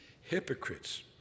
hypocrites